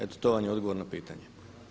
Eto to vam je odgovor na pitanje.